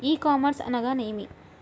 ఈ కామర్స్ అనగా నేమి?